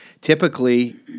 typically